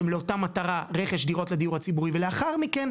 שהם לאותה מטרה רכש דירות לדיור הציבורי ולאחר מכן,